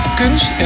kunst